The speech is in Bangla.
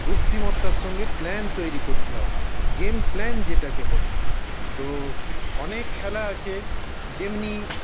বুদ্ধিমত্তার সঙ্গে প্ল্যান তৈরি করতে হয় গেম প্ল্যান যেটাকে বলে তো কী অনেক খেলা আছে যেমনি